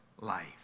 life